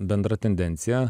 bendra tendencija